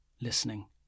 listening